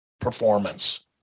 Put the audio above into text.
performance